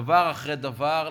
דבר אחרי דבר,